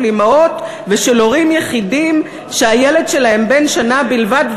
אימהות ושל הורים יחידים שהילד שלהם בן שנה בלבד,